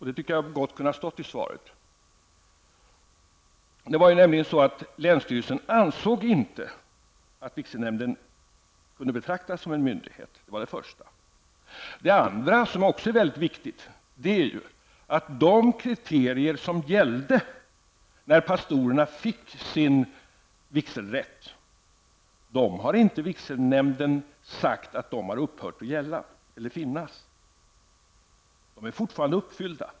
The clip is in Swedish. Det tycker jag gott kunde ha stått i svaret. Länsstyrelsen ansåg nämligen inte att vigselnämnden kunde betraktas som en myndighet. Det var det första. Det andra, som också är mycket viktigt, är att vigselnämnden inte har sagt att de kriterier som gällde när pastorerna fick sin vigselrätt har upphört att finnas. De är fortfarande uppfyllda.